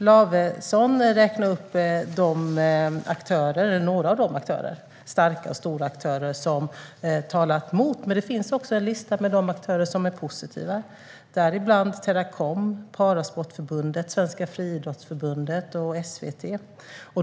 Lavesson räknar upp några av de starka och stora aktörer som talat emot, men det finns också en lista med aktörer som är positiva, däribland Teracom, Svenska Parasportförbundet, Svenska Friidrottsförbundet och SVT.